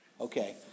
Okay